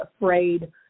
afraid